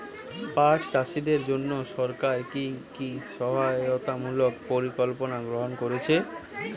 পাট চাষীদের জন্য সরকার কি কি সহায়তামূলক পরিকল্পনা গ্রহণ করেছে?